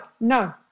no